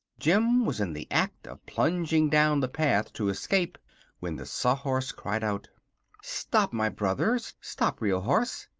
jim was in the act of plunging down the path to escape when the sawhorse cried out stop, my brother! stop, real horse!